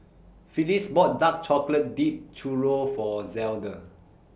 Phillis bought Dark Chocolate Dipped Churro For Zelda